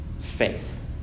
faith